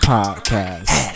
podcast